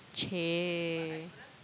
!chey!